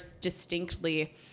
distinctly